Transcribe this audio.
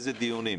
איזה דיונים?